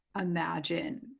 imagine